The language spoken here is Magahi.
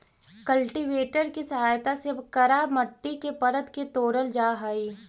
कल्टीवेटर के सहायता से कड़ा मट्टी के परत के तोड़ल जा हई